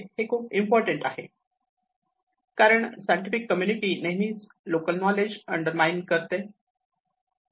हे खुप इम्पॉर्टंट आहे कारण सायंटिफिक कम्युनिटी नेहमीच लोकल नॉलेज अंडर माईन करते